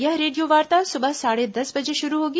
यह रेडियोवार्ता सुबह साढ़े दस बजे शुरू होगी